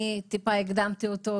אני טיפה הקדמתי אותו,